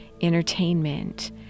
entertainment